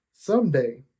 Someday